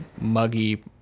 muggy